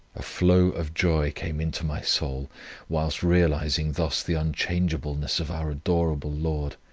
a flow of joy came into my soul whilst realising thus the unchangeableness of our adorable lord.